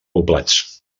poblats